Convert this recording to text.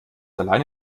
alleine